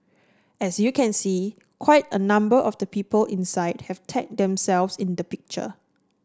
as you can see quite a number of the people inside have tagged themselves in the picture